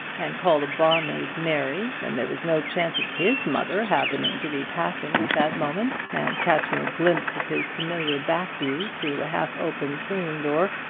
and call the barmaid mary and there was no chance of his mother happening to be passing at that moment, and catching a glimpse of his familiar back-view through the half-open swinging door,